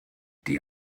die